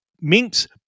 minks